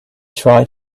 try